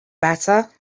better